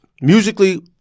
Musically